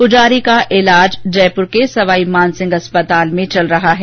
पुजारी का इलाज जयपुर के सवाईमान सिंह अस्पताल में चल रहा है